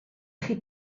chi